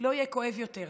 לא יהיה כואב יותר.